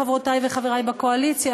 חברותי וחברי בקואליציה,